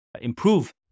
improve